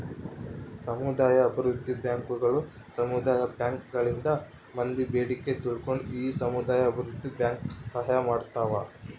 ಸಮುದಾಯ ಅಭಿವೃದ್ಧಿ ಬ್ಯಾಂಕುಗಳು ಸಮುದಾಯ ಬ್ಯಾಂಕ್ ಗಳಿಂದ ಮಂದಿ ಬೇಡಿಕೆ ತಿಳ್ಕೊಂಡು ಈ ಸಮುದಾಯ ಅಭಿವೃದ್ಧಿ ಬ್ಯಾಂಕ್ ಸಹಾಯ ಮಾಡ್ತಾವ